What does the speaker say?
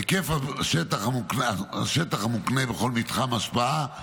היקף השטח המוקנה בכל מתחם השפעה,